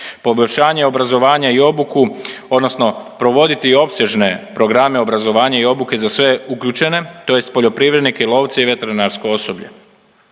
poboljšanje obrazovanja i obuku odnosno provoditi opsežne programe obrazovanja i obuke za sve uključene, tj. poljoprivrednike i lovce i veterinarsko osoblje.